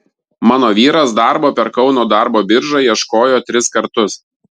mano vyras darbo per kauno darbo biržą ieškojo tris kartus